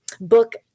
book